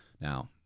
Now